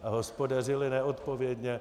A hospodařili neodpovědně.